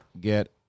get